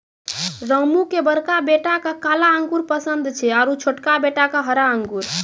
रामू के बड़का बेटा क काला अंगूर पसंद छै आरो छोटका बेटा क हरा अंगूर